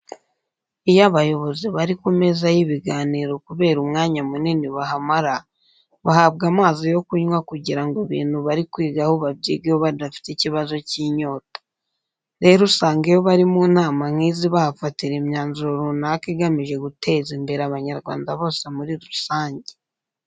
Iyo abayobozi bari ku meza y'ibiganiro kubera umwanya munini bahamara bahabwa amazi yo kunywa kugira ngo ibintu bari kwigaho babyigeho badafite ikibazo cy'inyota. Rero usanga iyo bari mu nama nk'izi bahafatira imyanzuro runaka igamije guteza imbere Abanyarwanda bose muri rusange.